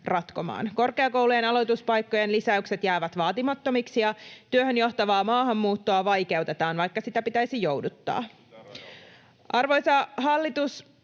Korkeakoulujen aloituspaikkojen lisäykset jäävät vaatimattomiksi, ja työhön johtavaa maahanmuuttoa vaikeutetaan, vaikka sitä pitäisi jouduttaa. Arvoisa hallitus,